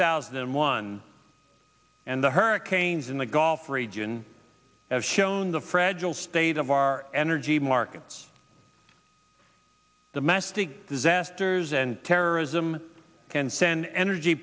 thousand and one and the hurricanes in the gulf region have shown the fragile state of our energy markets domestic disasters and terrorism can send energy